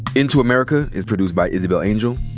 into america is produced by isabel angel,